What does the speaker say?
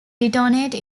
detonate